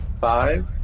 Five